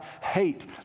hate